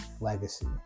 legacy